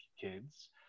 kids